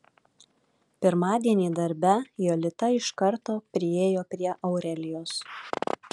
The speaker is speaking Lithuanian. pirmadienį darbe jolita iš karto priėjo prie aurelijos